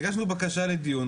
הגשנו בקשה לדיון,